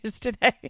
today